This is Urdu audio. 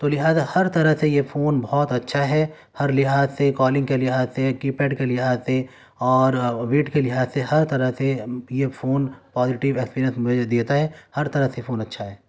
تو لہذا ہر طرح سے یہ فون بہت اچھا ہے ہر لحاظ سے کالنگ کے لحاظ سے کی پیڈ کے لحاظ سے اور ویٹ کے لحاظ سے ہر طرح سے یہ فون پازٹیو ایکسپیریئنس مجھے دیتا ہے ہر طرح سے یہ فون اچھا ہے